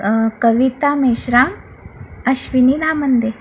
Kavita Meshram Ashwini Dhamande